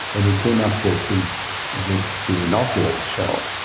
and we came up with the with the nautilus shell.